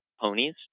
ponies